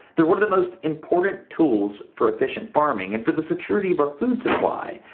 they're one of the most important tools for efficient farming, and for the security of our food supply.